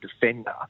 defender